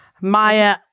Maya